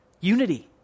unity